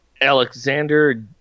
Alexander